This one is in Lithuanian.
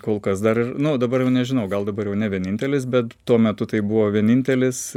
kol kas dar ir nu jau dabar nežinau gal dabar jau ne vienintelis bet tuo metu tai buvo vienintelis